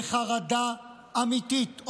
וחרדה אמיתית,